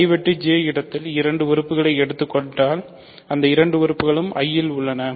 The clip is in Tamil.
I வெட்டு J இடத்தில் இரண்டு உறுப்புக்களை எடுத்துக் கொண்டால் அந்த இரண்டு உறுப்புகளும் I இல் உள்ளன